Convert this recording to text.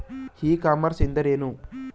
E commerce ಎಂದರೆ ಏನು?